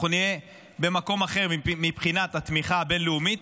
אנחנו נהיה במקום אחר מבחינת התמיכה הבין-לאומית,